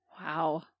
Wow